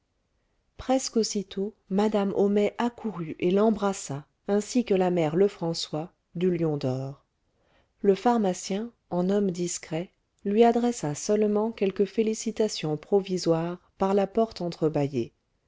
presque aussitôt madame homais accourut et l'embrassa ainsi que la mère lefrançois du lion d'or le pharmacien en homme discret lui adressa seulement quelques félicitations provisoires par la porte